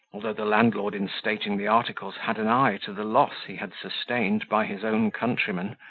although the landlord, in stating the articles, had an eye to the loss he had sustained by his own countrymen,